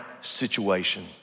situation